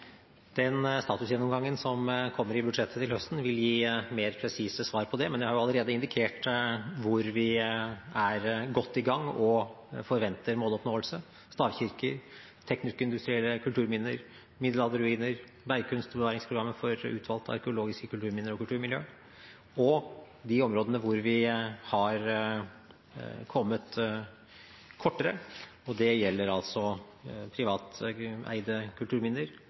Den statusgjennomgangen som kommer i budsjettet til høsten, vil gi mer presise svar på det, men jeg har jo allerede indikert hvor vi er godt i gang og forventer måloppnåelse – stavkirker, teknisk-industrielle kulturminner, middelalderruiner, bergkunst, Bevaringsprogram for utvalgte arkeologiske kulturminner og kulturmiljø – og de områdene hvor vi har kommet kortere. Det gjelder privateide kulturminner,